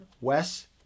wes